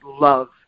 love